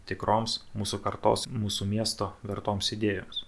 tikroms mūsų kartos mūsų miesto vertoms idėjoms